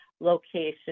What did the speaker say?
location